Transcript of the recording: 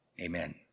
Amen